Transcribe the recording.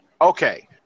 Okay